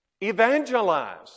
Evangelize